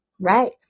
Right